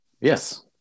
yes